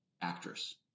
actress